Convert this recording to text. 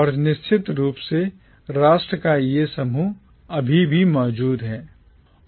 और निश्चित रूप से राष्ट्र का यह समूह अभी भी मौजूद है